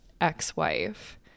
ex-wife